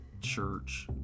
Church